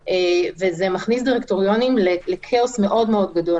וזה מכניס דירקטוריונים לכאוס מאוד מאוד גדול.